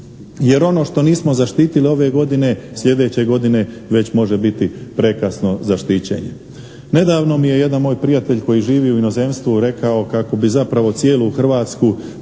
Jer ono što nismo zaštitili ove godine sljedeće godine već može biti prekasno za štićenje. Nedavno mi je jedan moj prijatelj koji živi u inozemstvu rekao kako bi zapravo cijelu Hrvatsku